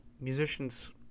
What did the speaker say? musicians